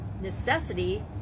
necessity